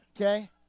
Okay